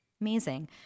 amazing